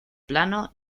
plano